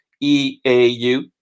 E-A-U